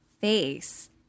face